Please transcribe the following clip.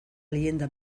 leyenda